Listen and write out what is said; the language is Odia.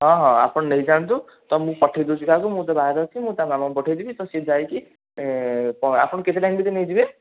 ହଁ ହଁ ଆପଣ ନେଇ ଯାଆନ୍ତୁ ତ ମୁଁ ପଠେଇ ଦେଉଛି କାହାକୁ ମୁଁ ତ ବାହାରେ ଅଛି ମୁଁ ତା' ମାମାଙ୍କୁ ପଠେଇଦେବି ତ ସେ ଯାଇକି ଆପଣ କେତେଟା ଭିତରେ ନେଇଯିବେ